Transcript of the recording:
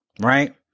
Right